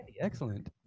Excellent